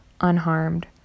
unharmed